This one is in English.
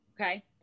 okay